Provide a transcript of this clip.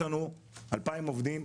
יש לנו 2,000 עובדים,